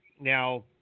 Now